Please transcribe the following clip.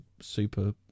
super